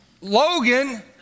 Logan